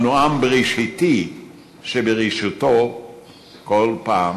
אנו עם בראשיתי שבראשיתו כל פעם